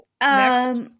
Next